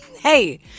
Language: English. Hey